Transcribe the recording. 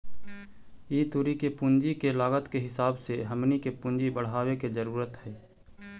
ई तुरी के पूंजी के लागत के हिसाब से हमनी के पूंजी बढ़ाबे के जरूरत हई